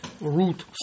root